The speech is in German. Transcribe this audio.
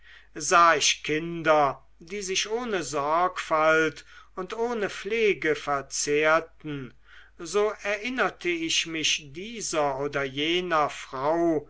sah ich kinder die sich ohne sorgfalt und ohne pflege verzehrten so erinnerte ich mich dieser oder jener frau